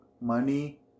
money